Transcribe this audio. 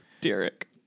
Derek